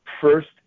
first